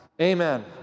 Amen